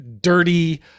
dirty